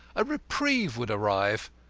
a reprieve would arrive.